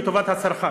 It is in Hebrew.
לטובת הצרכן.